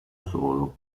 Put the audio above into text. solo